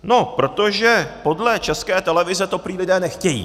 No protože podle České televize to prý lidé nechtějí.